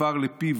עפר לפיו,